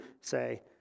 say